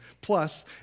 Plus